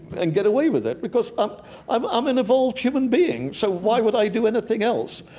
and get away with it, because um i'm i'm an evolved human being. so why would i do anything else?